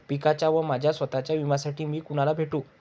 पिकाच्या व माझ्या स्वत:च्या विम्यासाठी मी कुणाला भेटू?